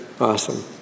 Awesome